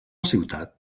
ciutat